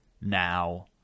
now